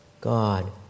God